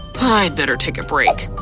i'd better take a break.